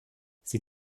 sie